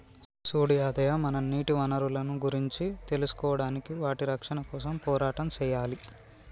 సూడు యాదయ్య మనం నీటి వనరులను గురించి తెలుసుకోడానికి వాటి రక్షణ కోసం పోరాటం సెయ్యాలి